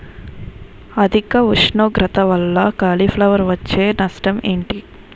అధిక ఉష్ణోగ్రత వల్ల కాలీఫ్లవర్ వచ్చే నష్టం ఏంటి?